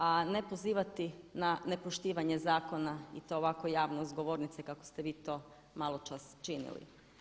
A ne pozivati na nepoštivanje zakona i to ovako javno s govornice kako ste vi to maločas činili.